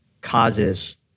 causes